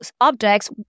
objects